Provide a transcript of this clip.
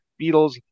beatles